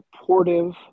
supportive